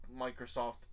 Microsoft